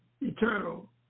eternal